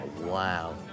wow